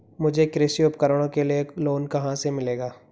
मुझे कृषि उपकरणों के लिए लोन कहाँ से मिलेगा?